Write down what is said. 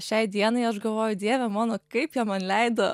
šiai dienai aš galvoju dieve mano kaip jie man leido